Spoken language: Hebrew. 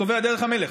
שקובע דרך המלך?